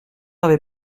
avait